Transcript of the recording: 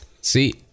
See